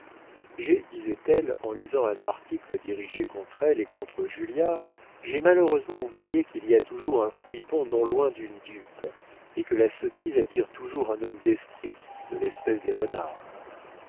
j'ai disait-elle en lisant un article dirigé contre elle et contre julliard j'ai malheureusement oublié qu'il y a toujours un fripon non loin d'une dupe et que la sottise attire toujours un homme d'esprit de l'espèce des renards